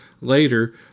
later